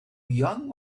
young